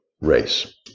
race